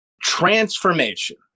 transformation